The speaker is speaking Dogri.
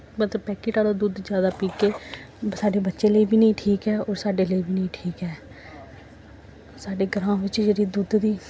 मतलब पैकेट आह्ला दुद्ध जादा पीह्गे साढ़े बच्चें लेई बी निं ठीक ऐ ओह् साड्डे लेई बी निं ठीक ऐ साढ़े ग्रांऽ बिच्च जेह्ड़ी दुद्ध दी